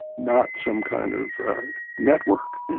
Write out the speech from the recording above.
not some kind of a network